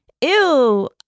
Ew